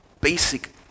basic